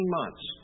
months